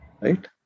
Right